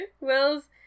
Wills